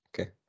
okay